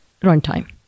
runtime